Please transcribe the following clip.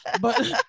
But-